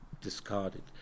discarded